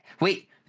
wait